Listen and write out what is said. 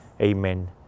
Amen